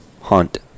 hunt